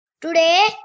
Today